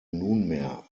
nunmehr